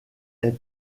est